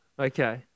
Okay